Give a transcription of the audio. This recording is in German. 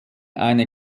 eine